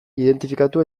identifikatu